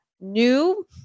new